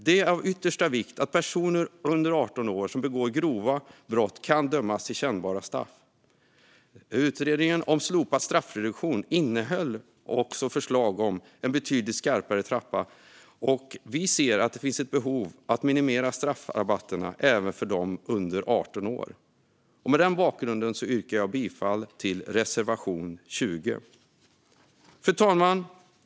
Det är av yttersta vikt att personer under 18 år som begår grova brott kan dömas till kännbara straff. Utredningen om slopad straffreduktion innehöll också förslag om en betydligt skarpare trappa, och vi anser att det finns ett behov av att minimera straffrabatterna även för dem under 18 år. Mot den bakgrunden yrkar jag bifall till reservation 20. Fru talman!